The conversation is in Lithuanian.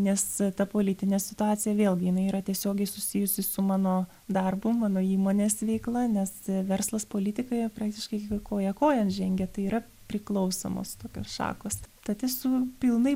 nes ta politinė situacija vėlgi jinai yra tiesiogiai susijusi su mano darbu mano įmonės veikla nes verslas politikoje praktiškai koja kojon žengia tai yra priklausomos tokios šakos tad esu pilnai